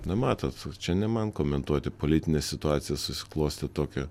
na matot čia ne man komentuoti politinė situacija susiklostė tokia